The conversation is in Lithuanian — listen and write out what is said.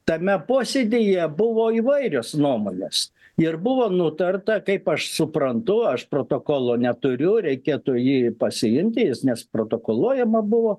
tame posėdyje buvo įvairios nuomonės ir buvo nutarta kaip aš suprantu aš protokolo neturiu reikėtų jį pasiimti jis nes protokoluojama buvo